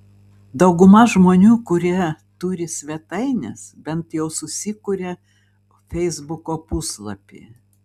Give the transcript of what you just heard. dauguma žmonių kurie turi svetaines bent jau susikuria feisbuko puslapį